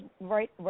right